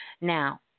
Now